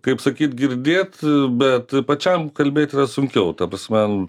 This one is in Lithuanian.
kaip sakyt girdėt bet pačiam kalbėt yra sunkiau ta prasme